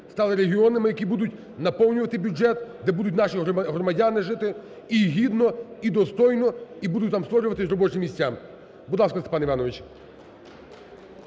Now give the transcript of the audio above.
стали регіонами, які будуть наповнювати бюджет, де будуть наші громадяни жити і гідно, і достойно, і будуть там створюватися робочі місця. Будь ласка, Степане Івановичу.